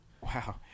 wow